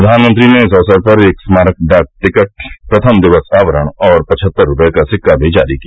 प्रधानमंत्री ने इस अवसर पर एक स्मारक डाक टिकट प्रथम दिवस आवरण और पचहत्तर रुपये का सिक्का भी जारी किया